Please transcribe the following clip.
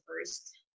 first